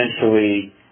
essentially